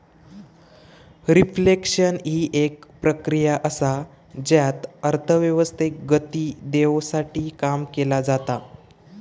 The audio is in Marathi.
रिफ्लेक्शन हि एक प्रक्रिया असा ज्यात अर्थव्यवस्थेक गती देवसाठी काम केला जाता